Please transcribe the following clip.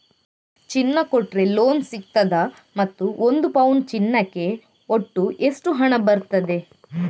ಚಿನ್ನ ಕೊಟ್ರೆ ಲೋನ್ ಸಿಗ್ತದಾ ಮತ್ತು ಒಂದು ಪೌನು ಚಿನ್ನಕ್ಕೆ ಒಟ್ಟು ಎಷ್ಟು ಹಣ ಬರ್ತದೆ?